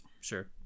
Sure